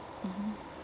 mmhmm